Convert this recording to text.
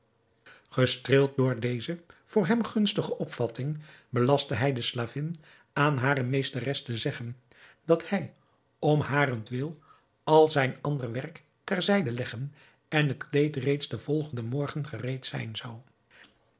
gestreeld door deze voor hem gunstige opvatting belastte hij de slavin aan hare meesteres te zeggen dat hij om harentwil al zijn ander werk ter zijde leggen en het kleed reeds den volgenden morgen gereed zijn zou